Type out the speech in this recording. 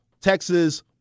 texas